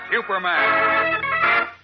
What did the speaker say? Superman